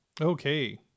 Okay